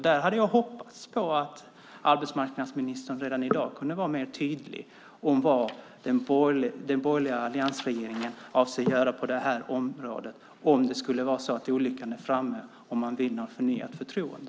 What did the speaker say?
Där hade jag hoppats att arbetsmarknadsministern redan i dag kunde vara mer tydlig om vad den borgerliga alliansregeringen avser att göra på det här området om olyckan skulle vara framme och man vinner förnyat förtroende.